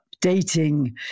dating